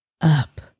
up